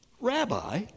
Rabbi